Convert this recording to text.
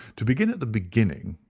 to begin at the beginning.